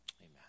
Amen